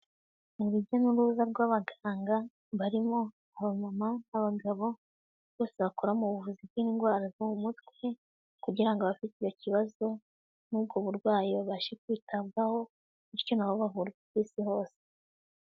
Ni urujya n'uruza rw'abaganga barimo abamama, abagabo, bose bakora mu buvuzi bw'indwara zo mu mutwe kugira ngo abafite icyo kibazo n'ubwo burwayi babashe kwitabwaho bityo na bo bavurwe ku isi hose.